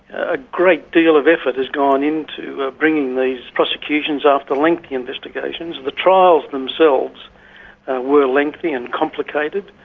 a great deal of effort has gone into bringing these prosecutions after lengthy investigations. the trials themselves were lengthy and complicated,